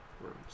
rooms